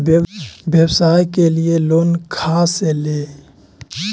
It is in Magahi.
व्यवसाय के लिये लोन खा से ले?